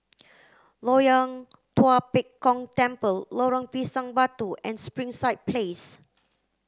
Loyang Tua Pek Kong Temple Lorong Pisang Batu and Springside Place